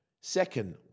Second